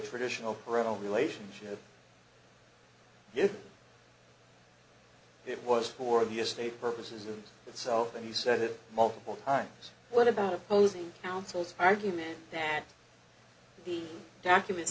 traditional coronal relationship if it was for the estate purposes of itself and he said it multiple times what about opposing counsel's argument that the documents